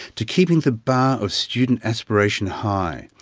to keeping the bar of student aspiration high.